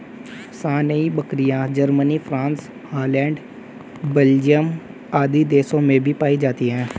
सानेंइ बकरियाँ, Germany, France, Holland, Belgium आदि देशों में भी पायी जाती है